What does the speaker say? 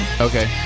Okay